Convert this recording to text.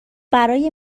برای